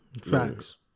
Facts